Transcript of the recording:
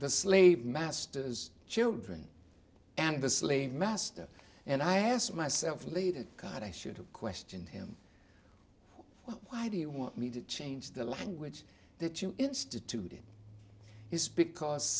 the slave masters children and the slave master and i asked myself leader god i should have questioned him why do you want me to change the language that you instituted it's because